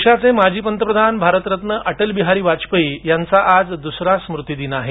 देशाचे माजी पंतप्रधान भारतरत्न अटल बिहारी वाजपेयी यांचा आज दूसरा स्मृतिदिन आहे